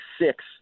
six